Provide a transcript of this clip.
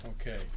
Okay